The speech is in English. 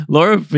Laura